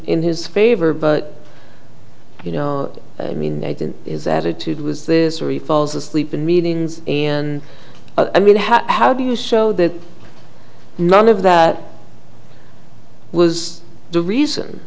in his favor but you know i mean is attitude was this story falls asleep in meetings and i mean how how do you show that none of that was the reason